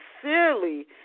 sincerely